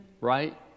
right